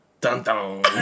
Dun-dun